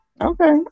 Okay